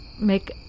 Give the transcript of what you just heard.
make